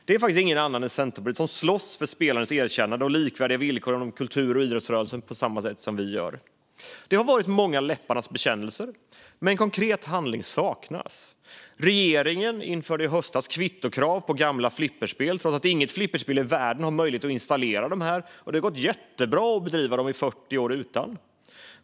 Det är ingen annan än Centerpartiet som slåss för spelandets erkännande och likvärdiga villkor inom kultur och idrottsrörelsen på samma sätt som vi gör. Det har varit många läpparnas bekännelser, men konkret handling saknas. Regeringen införde i höstas kvittokrav på gamla flipperspel, trots att inget flipperspel i världen har möjlighet att installera en kvittoskrivare och att det har gått bra utan i 40 år.